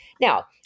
Now